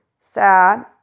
sad